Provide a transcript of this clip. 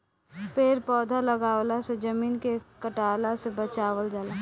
पेड़ पौधा लगवला से जमीन के कटला से बचावल जाला